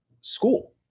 school